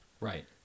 Right